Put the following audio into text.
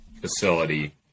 facility